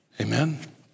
Amen